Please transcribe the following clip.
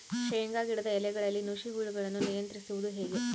ಶೇಂಗಾ ಗಿಡದ ಎಲೆಗಳಲ್ಲಿ ನುಷಿ ಹುಳುಗಳನ್ನು ನಿಯಂತ್ರಿಸುವುದು ಹೇಗೆ?